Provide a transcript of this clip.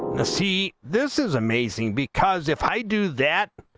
to seek this is amazing because if i do that